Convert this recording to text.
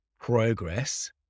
progress